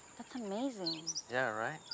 that's amazing. yeah, right?